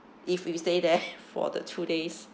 if we stay there for the two days